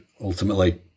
Ultimately